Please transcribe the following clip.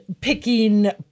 picking